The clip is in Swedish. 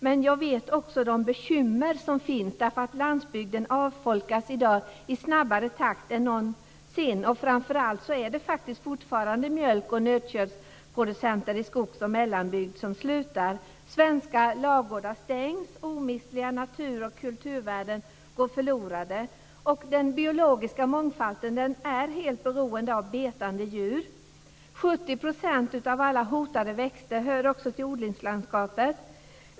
Men jag känner också till de bekymmer som finns. Landsbygden avfolkas i dag i snabbare takt än någonsin, och det är fortfarande framför allt mjölk och nötköttsproducenter i skogsoch mellanbygd som slutar. Svenska ladugårdar stängs. Omistliga natur och kulturvärden går förlorade. Den biologiska mångfalden är helt beroende av betande djur. 70 % av alla hotade växter hör också till odlingslandskapet.